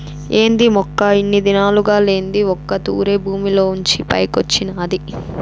ఏంది మొక్క ఇన్ని దినాలుగా లేంది ఒక్క తూరె భూమిలోంచి పైకొచ్చినాది